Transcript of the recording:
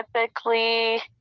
typically